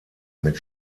mit